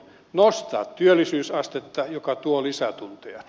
nostaa työllisyysastetta mikä tuo lisätunteja